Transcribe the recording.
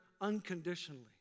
unconditionally